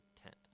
tent